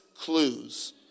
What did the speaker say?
clues